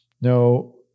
No